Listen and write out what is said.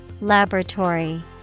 laboratory